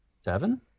seven